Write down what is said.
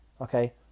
okay